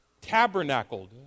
tabernacled